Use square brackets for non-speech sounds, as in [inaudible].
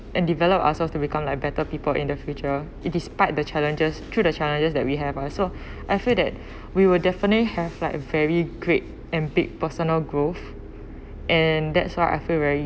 and develop ourselves to become like better people in the future it despite the challenges through the challenges that we have uh so [breath] I feel that [breath] we would definitely have like very great and big personal growth and that's why I feel very